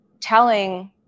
telling